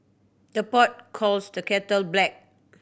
the pot calls the kettle black